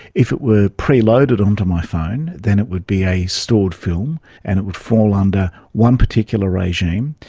if it were preloaded onto my phone, then it would be a stored film and it would fall under one particular regime.